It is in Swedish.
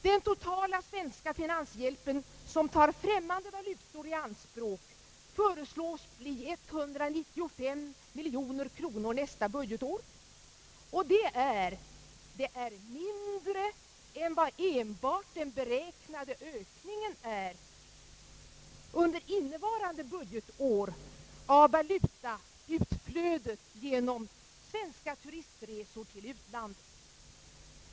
Den totala svenska finanshjälpen, som tar främmande valutor i anspråk, föreslås bli 195 miljoner kronor nästa budgetår, och det är mindre än vad enbart den beräknade ökningen är under innevarande budgetår av valutautflödet genom svenska turistresor till utlandet.